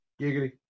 Giggity